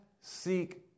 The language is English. seek